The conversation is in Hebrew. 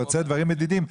דברים מדידים.